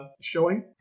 showing